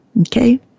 okay